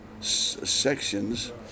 sections